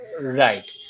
Right